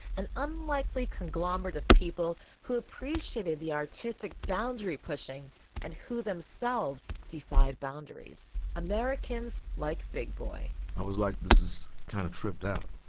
an unlikely conglomerate of people who appreciated the artistic boundary pushing and who themselves defied boundaries. americans like big boy i was like this is kind of tripped out.